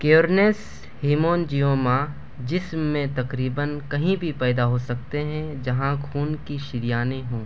کیئرنس hemangioma جسم میں تقریباً کہیں بھی پیدا ہو سکتے ہیں جہاں خون کی شریانیں ہوں